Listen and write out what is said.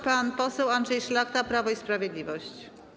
Pan poseł Andrzej Szlachta, Prawo i Sprawiedliwość.